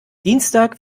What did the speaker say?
dienstag